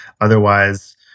Otherwise